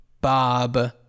Bob